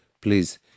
please